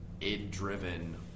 id-driven